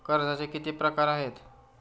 कर्जाचे किती प्रकार आहेत?